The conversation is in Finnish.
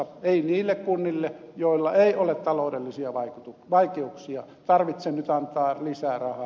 ei niille kunnille joilla ei ole taloudellisia vaikeuksia tarvitse nyt antaa lisää rahaa